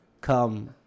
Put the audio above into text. come